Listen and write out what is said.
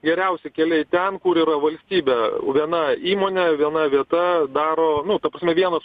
geriausi keliai ten kur yra valstybė viena įmonė viena vieta daro nu ta prasme vienas